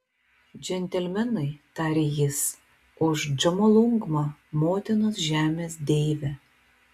džentelmenai tarė jis už džomolungmą motinos žemės deivę